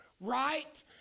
Right